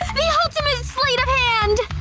the ultimate sleight of hand!